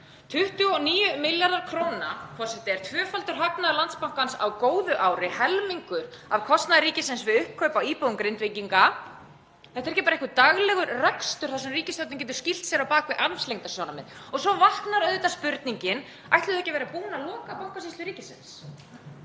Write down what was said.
29 milljarðar kr. er tvöfaldur hagnaður Landsbankans á góðu ári, helmingur af kostnaði ríkisins við uppkaup á íbúum Grindvíkinga. Þetta er ekki bara einhver daglegur rekstur þar sem ríkisstjórnin getur skýlt sér á bak við armslengdarsjónarmið. Svo vaknar auðvitað spurningin: Ætluðum við ekki vera búin að loka Bankasýslu ríkisins?